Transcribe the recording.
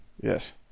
Yes